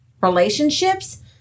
relationships